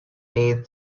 lay